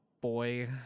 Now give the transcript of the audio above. boy